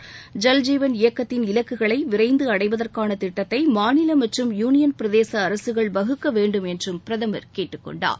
ஐல்ஜீவன் இயக்கத்தின் இலக்குகளை விரைந்து அடைவதற்கான திட்டத்தை மாநில மற்றும் யூனியன் பிரதேச அரசுகள் வகுக்க வேண்டும் என்றும் பிரதமர் கேட்டுக்கொண்டார்